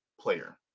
player